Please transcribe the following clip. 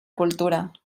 cultura